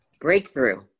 Breakthrough